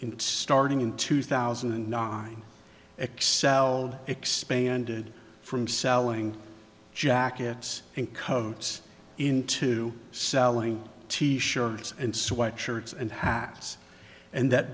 in starting in two thousand and nine excelled expanded from selling jackets and coats in to selling t shirts and sweat shirts and hats and that